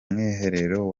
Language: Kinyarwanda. mwiherero